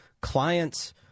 Clients